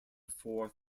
fourth